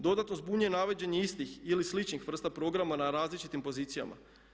Dodatno zbunjuje navođenje istih ili sličnih vrsta programa na različitim pozicijama.